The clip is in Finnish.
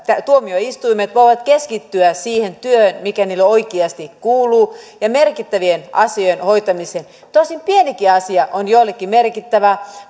tuomioistuimet voivat keskittyä siihen työhön mikä niille oikeasti kuuluu ja merkittävien asioiden hoitamiseen tosin pienikin asia on joillekin merkittävä